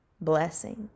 blessings